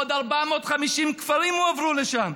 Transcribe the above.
עוד 450 כפרים הועברו לשם.